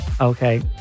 Okay